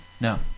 No